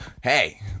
hey